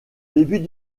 début